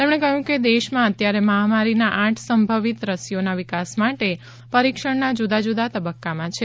તેમણે કહ્યું કે દેશમાં અત્યારે મહામારીના આઠ સંભવિત રસીઓના વિકાસ માટે પરિક્ષણના જુદા જુદા તબ્બકામાં છે